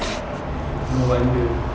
no wonder